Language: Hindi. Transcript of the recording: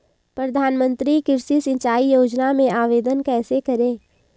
प्रधानमंत्री कृषि सिंचाई योजना में आवेदन कैसे करें?